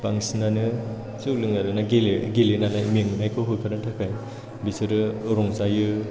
बांसिनानो जौ लोङो आरोना गेलेनानै मेंनायखौ होखारनो थाखाय बिसोरो रंजायो